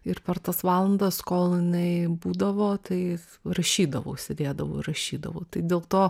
ir per tas valandas kol jinai būdavo tai rašydavau sėdėdavau ir rašydavau tai dėl to